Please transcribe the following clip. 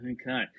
Okay